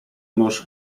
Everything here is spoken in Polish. nóż